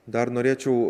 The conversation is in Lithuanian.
dar norėčiau